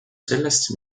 sellest